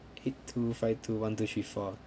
eight two five two one two three four